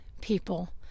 people